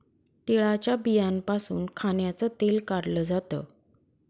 तिळाच्या बियांपासून खाण्याचं तेल काढल जात